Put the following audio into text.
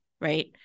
Right